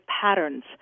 patterns